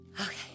Okay